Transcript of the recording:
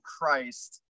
Christ